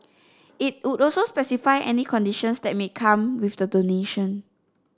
it would also specify any conditions that may come with the donation